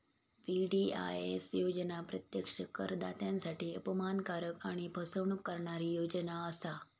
VDIS योजना प्रत्यक्षात करदात्यांसाठी अपमानकारक आणि फसवणूक करणारी योजना असा